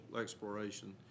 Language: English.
exploration